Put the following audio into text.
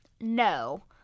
No